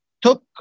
took